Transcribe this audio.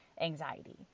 anxiety